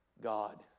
God